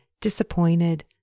disappointed